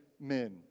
men